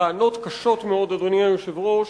טענות קשות מאוד, אדוני היושב-ראש.